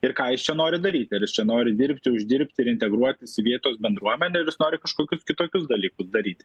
ir ką jis čia nori daryti ar jis čia nori dirbti uždirbti ir integruotis į vietos bendruomenę ar jis nori kažkokius kitokius dalykus daryti